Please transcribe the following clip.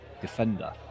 defender